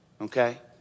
okay